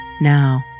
now